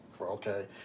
okay